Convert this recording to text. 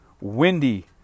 windy